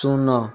ଶୂନ